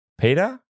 Peter